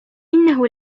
إنه